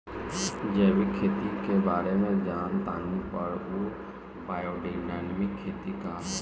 जैविक खेती के बारे जान तानी पर उ बायोडायनमिक खेती का ह?